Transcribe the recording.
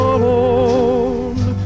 alone